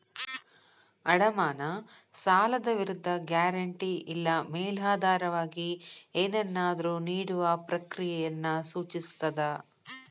ಅಡಮಾನ ಸಾಲದ ವಿರುದ್ಧ ಗ್ಯಾರಂಟಿ ಇಲ್ಲಾ ಮೇಲಾಧಾರವಾಗಿ ಏನನ್ನಾದ್ರು ನೇಡುವ ಪ್ರಕ್ರಿಯೆಯನ್ನ ಸೂಚಿಸ್ತದ